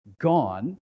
gone